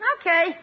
Okay